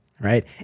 right